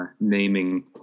naming